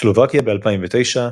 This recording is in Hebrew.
סלובקיה ב-2009,